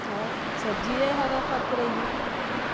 اور سبزیے ہرا کھاتے رہیے